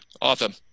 Awesome